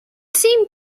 seemed